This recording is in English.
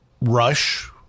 rush